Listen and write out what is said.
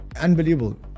unbelievable